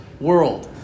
world